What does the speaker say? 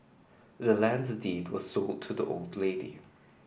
the land's deed was sold to the old lady